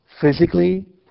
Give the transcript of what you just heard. physically